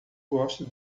gosto